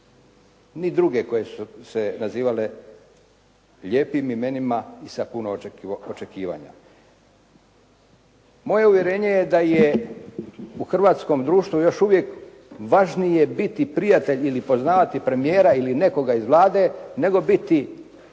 ni druge koje su se nazivale lijepim imenima i sa puno očekivanja. Moje uvjerenje je da je u hrvatskom društvu još uvijek važnije biti prijatelj ili poznavati premijera ili nekoga iz Vlade nego biti učen,